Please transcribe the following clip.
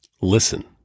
Listen